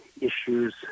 issues